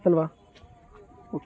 ಅಲ್ವ ಓಕೆ